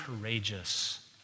courageous